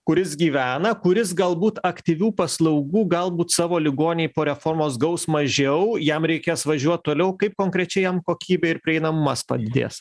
kuris gyvena kuris galbūt aktyvių paslaugų galbūt savo ligoninėj po reformos gaus mažiau jam reikės važiuot toliau kaip konkrečiai jam kokybė ir prieinamumas padidės